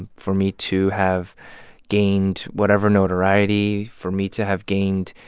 and for me to have gained whatever notoriety, for me to have gained